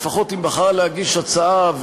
לפחות אם בחרה להגיש הצעה,